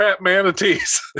manatees